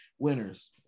Winners